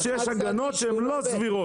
חד צדדי זה זה שיש הגנות שהם לא סבירות,